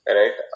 right